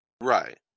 Right